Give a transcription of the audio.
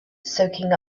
soaking